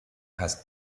has